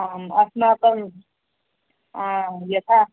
आम् अस्माकं यथा